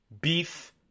beef